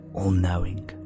all-knowing